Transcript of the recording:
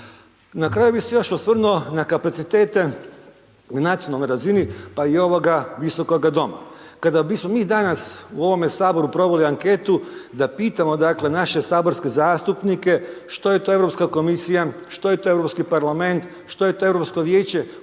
Na kraju bi se još osvrnuo na kapacitete na nacionalnoj razini, pa i ovoga Visokoga doma, kada bismo mi danas u ovome HS proveli anketu da pitamo, dakle, naše saborske zastupnike što je to Europska komisija, što je to Europski parlament, što je to Europsko vijeće,